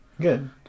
good